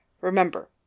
Remember